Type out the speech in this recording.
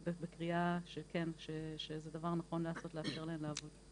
בקריאה שכן, שזה דבר נכון לעשות, לאפשר להם לעבוד.